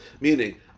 Meaning